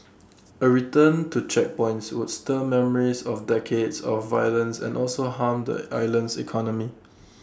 A return to checkpoints would stir memories of decades of violence and also harm the island's economy